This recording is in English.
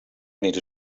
need